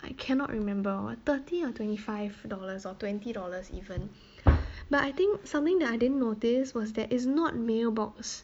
I cannot remember one thirty or twenty five dollars or twenty dollars even but I think something that I didn't notice was that it's not mailbox